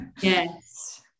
Yes